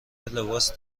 لباس